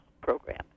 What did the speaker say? program